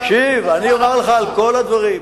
תקשיב, אני אומר לך על כל הדברים.